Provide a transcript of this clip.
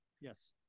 Yes